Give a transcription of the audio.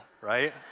right